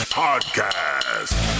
podcast